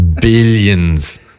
billions